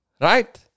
right